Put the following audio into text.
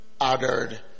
uttered